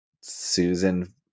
Susan